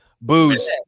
Booze